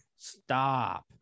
Stop